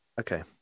okay